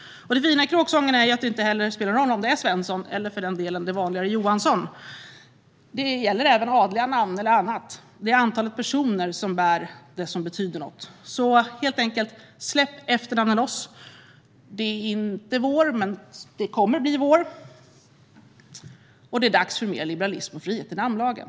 Det fina i kråksången är att det inte heller spelar någon roll om det är Svensson, eller för den delen det vanligare Johansson, utan det gäller även adliga namn och andra. Det är antalet personer som bär namnet som betyder något. Släpp helt enkelt efternamnen loss! Det är inte vår, men det kommer att bli vår. Det är dags för mer liberalism och frihet i namnlagen.